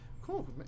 cool